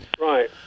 Right